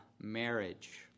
marriage